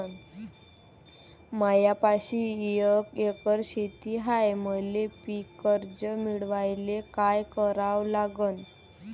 मायापाशी एक एकर शेत हाये, मले पीककर्ज मिळायले काय करावं लागन?